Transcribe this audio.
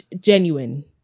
genuine